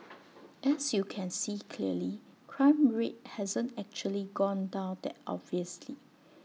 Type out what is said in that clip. as you can see clearly crime rate hasn't actually gone down that obviously